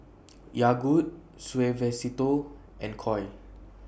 Yogood Suavecito and Koi